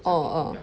orh uh